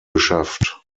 geschafft